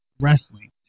wrestling